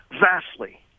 vastly